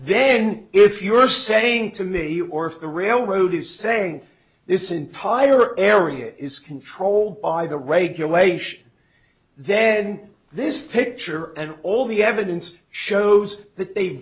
then if you're saying to me or if the railroad is saying this entire area is controlled by the regulation then this picture and all the evidence shows that they